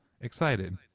excited